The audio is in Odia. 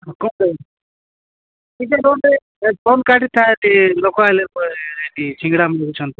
ଫୋନ୍ କାଟିଥାନ୍ତି ଲୋକ ସିଙ୍ଗଡ଼ା